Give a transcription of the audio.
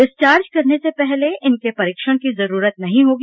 discharge करने से पहले इनके परीक्षण की जरूरत नहीं होगी